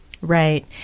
Right